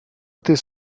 этой